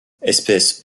espèce